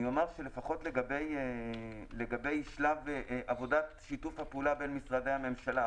אני אומר שלפחות לגבי שלב עבודת שיתוף הפעולה בין משרדי הממשלה,